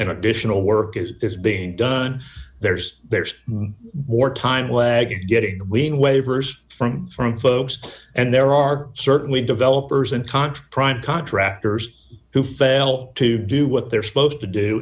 in additional work as is being done there's there's more time lag getting between waivers from from folks and there are certainly developers and contra prime contractors who fail to do what they're supposed to do